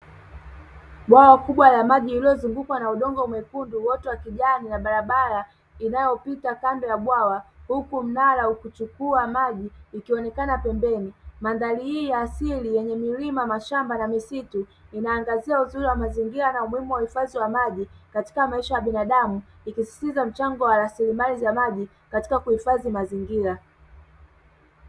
Bwawa kubwa la maji lililozungukwa na udongo mwekundu, uoto wa kijani na barabara inayopita kando ya bwawa huku mnara ukichipua maji ikionekana pembeni, mandhari hii ya asili yenye milima, mashamba na misitu inaangazia uzuri wa mazingira na umuhimu wa uhifadhi wa maji katika maisha ya binadamu ikisisitiza mchango wa rasilimali za maji katika kuhifadhi mazingira.